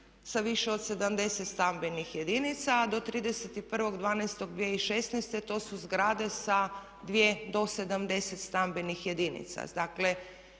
sa više od 70 stambenih jedinica. Do 31.12.2016. to su zgrade sa 2 do 70 stambenih jedinica.